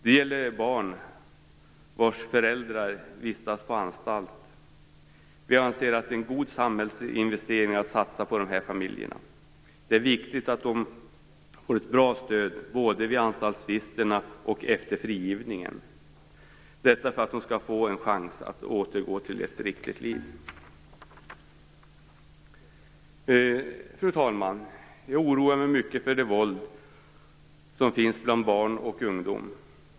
Det gäller de barn vars föräldrar vistas på anstalt. Vi anser att det är en god samhällsinvestering att satsa på dessa familjerna. Det är viktigt att de får ett bra stöd både vid anstaltsvistelsen och efter frigivningen för att de skall få en chans att återgå till ett riktigt liv. Fru talman! Jag oroar mig mycket för det våld som finns bland barn och ungdom.